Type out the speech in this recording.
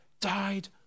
died